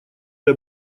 для